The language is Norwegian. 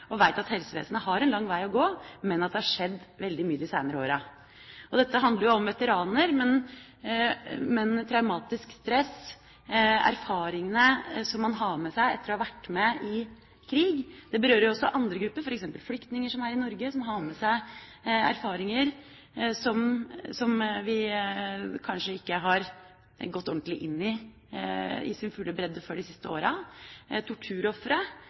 at helsevesenet har en lang vei å gå, men det har skjedd veldig mye de senere åra. Dette handler jo om veteraner. Men traumatisk stress og erfaringene som man har med seg etter å ha vært med i krig, berører jo også andre grupper, f.eks. flyktninger som er i Norge, som har med seg erfaringer som vi kanskje ikke har gått ordentlig inn i i sin fulle bredde før de siste åra, torturofre